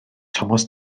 tomos